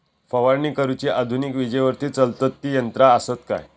फवारणी करुची आधुनिक विजेवरती चलतत ती यंत्रा आसत काय?